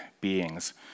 beings